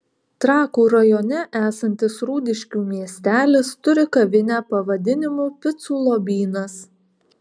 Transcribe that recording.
trakų rajone esantis rūdiškių miestelis turi kavinę pavadinimu picų lobynas